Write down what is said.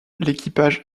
l’équipage